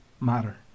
matter